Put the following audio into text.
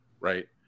right